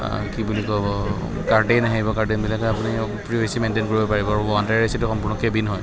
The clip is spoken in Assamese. কি বুলি ক'ব কাৰ্টেইন আহিব কাৰ্টেইনবিলাকে আপুনি প্ৰিভেচি মেইনটেইন কৰিব পাৰিব ওৱান টায়াৰ এ চি টো সম্পূৰ্ণ কেবিন হয়